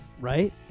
right